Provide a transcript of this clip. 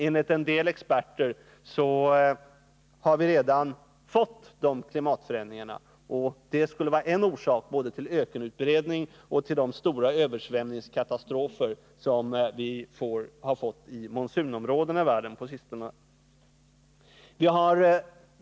Enligt en del experter har vi redan fått de klimatförändringarna, och det skulle vara en orsak både till ökenutbredningen och till de stora översvämningskatastroferna i monsunområdena i världen på sistone.